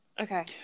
Okay